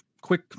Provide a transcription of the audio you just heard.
quick